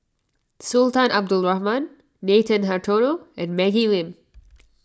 Sultan Abdul Rahman Nathan Hartono and Maggie Lim